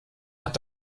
hat